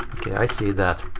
i see that.